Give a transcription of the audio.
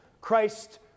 Christ